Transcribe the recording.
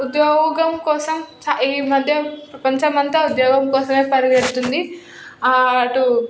ఉద్యోగం కోసం ఈమధ్య ప్రపంచమంతా ఉద్యోగం కోసమే పరిగిడుతుంది అటు